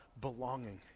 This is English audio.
belonging